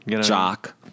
jock